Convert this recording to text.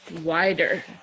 wider